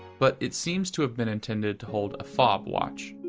but it seems to have been intended to hold a fob watch.